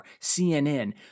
CNN